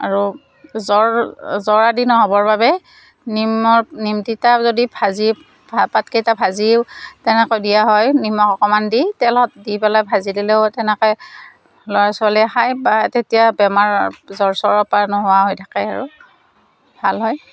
আৰু জ্বৰ জ্বৰ আদি নহ'বৰ বাবে নিমৰ নিম তিতা যদি ভাজি পা পাতকেইটা ভাজিও তেনেকৈ দিয়া হয় নিমখ অকণমান দি তেলত দি পেলাই ভাজি দিলেও তেনেকই ল'ৰা ছোৱালীয়ে খাই বা তেতিয়া বেমাৰ জ্বৰ চৰ প্ৰায় নোহোৱা হৈ থাকে আৰু ভাল হয়